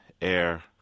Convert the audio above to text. air